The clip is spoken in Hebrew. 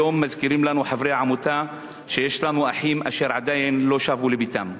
היום מזכירים לנו חברי העמותה שיש לנו אחים אשר עדיין לא שבו לביתם.